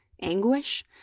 anguish